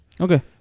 Okay